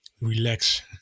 relax